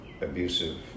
abusive